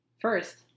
First